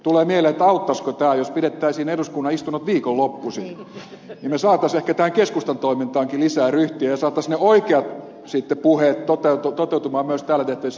tulee mieleen että auttaisiko se jos pidettäisiin eduskunnan istunnot viikonloppuisin niin saisimme ehkä tähän keskustankin toimintaan lisää ryhtiä ja saisimme ne oikeat puheet toteutumaan myös täällä tehtävissä päätöksissä